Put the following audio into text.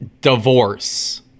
divorce